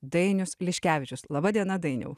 dainius liškevičius laba diena dainiau